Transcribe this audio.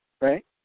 Right